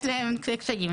יש להם קשיים.